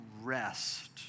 rest